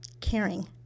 caring